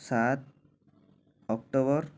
ସାତ ଅକ୍ଟୋବର